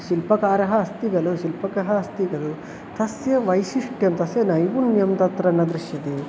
शिल्पकारः अस्ति खलु शिल्पकः अस्ति कलु तस्य वैशिष्ट्यं तस्य नैपुण्यं तत्र न दृश्यते